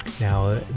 now